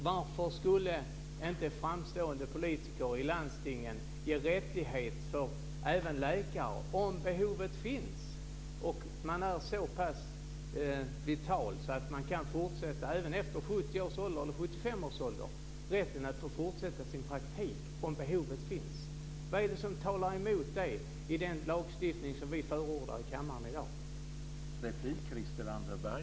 Varför skulle inte framstående politiker i landstingen ge den rättigheten till läkare om behovet finns och om man är man så pass vital att man kan fortsätta efter 70 års ålder eller 75 års ålder? Jag talar alltså om rätten att få fortsätta sin praktik om behovet finns. Vad är det som talar emot det i den lagstiftning som vi förordar i kammaren i dag?